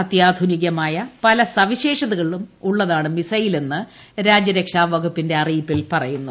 അത്യാധുനികമായ പല സവിശേഷതകളും ഉള്ളതാണ് മിസൈലെന്ന് രാജൃരക്ഷാ വകുപ്പിന്റെ അറിയിപ്പിൽ പറയുന്നു